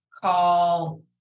call